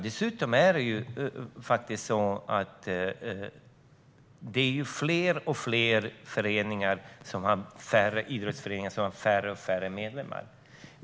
Dessutom har fler och fler idrottsföreningar allt färre medlemmar.